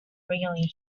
really